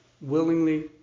willingly